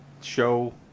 show